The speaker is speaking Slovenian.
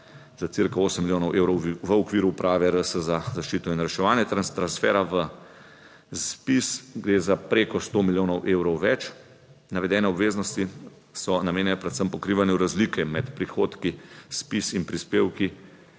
za cirka 8 milijonov evrov v okviru Uprave RS za zaščito in reševanje. Transfera v ZPIZ gre za preko 100 milijonov evrov več. Navedene obveznosti so namenjene predvsem pokrivanju razlike med prihodki ZPIZ in prispevki